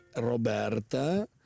Roberta